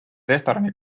restorani